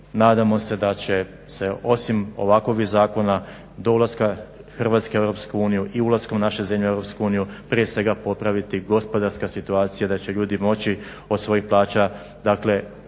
nadamo se da će se osim ovakvih zakona do ulaska Hrvatske u EU i ulaska u naše zemlje u EU, prije svega popraviti gospodarska situacija, da će ljudi moći od svojih plaća